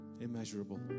immeasurable